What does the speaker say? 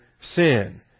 sin